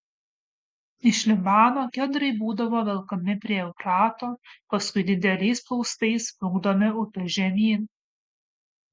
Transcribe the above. iš libano kedrai būdavo velkami prie eufrato paskui dideliais plaustais plukdomi upe žemyn